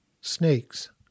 snakes